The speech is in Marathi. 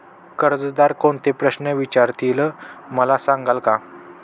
कर्जदार कोणते प्रश्न विचारतील, मला सांगाल का?